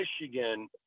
Michigan –